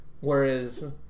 Whereas